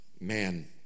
Man